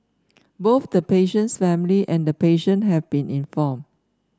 both the patient's family and the patient have been informed